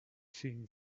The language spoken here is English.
seen